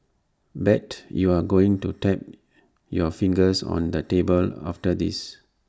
bet you're going to tap your fingers on the table after this